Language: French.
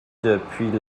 depuis